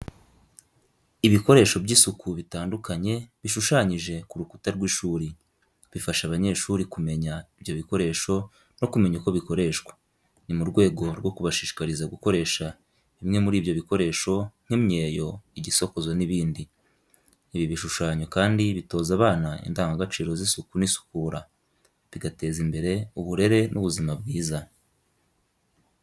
Ibikoresho by’isuku bitandukanye bishushanyije ku rukuta rw’ishuri, bifasha abanyeshuri kumenya ibyo bikoresho no kumenya uko bikoreshwa. Ni mu rwego rwo kubashishikariza gukoresha bimwe muri ibyo bikoresho nk’imyeyo, igisokozo n’ibindi. Ibi bishushanyo kandi bitoza abana indangagaciro z’isuku n’isukura, bigateza imbere uburere n’ubuzima bwiza.